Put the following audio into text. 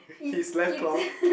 his left claw